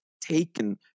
taken